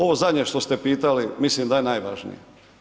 Ovo zadnje što se pitali mislim da je najvažnije.